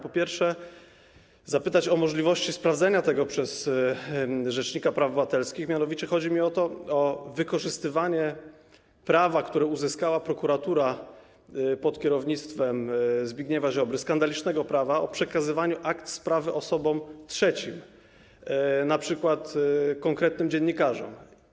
Po pierwsze, chciałbym zapytać o możliwość sprawdzenia przez rzecznika praw obywatelskich pewnej rzeczy, mianowicie chodzi mi o wykorzystywanie prawa, które uzyskała prokuratura pod kierownictwem Zbigniewa Ziobry - skandalicznego prawa o przekazywaniu akt sprawy osobom trzecim, np. konkretnym dziennikarzom.